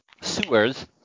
sewers